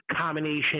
combination